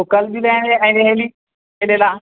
तू कल भी नहि आइ भी नहि एलही खेलै लऽ